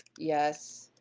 yes,